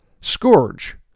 Scourge